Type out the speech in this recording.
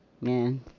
Man